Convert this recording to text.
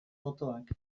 botoak